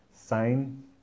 sign